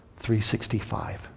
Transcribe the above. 365